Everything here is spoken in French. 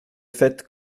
faites